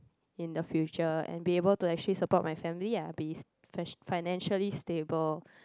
in the future and be able to actually support my family ah be it financially stable